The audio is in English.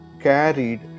carried